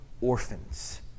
orphans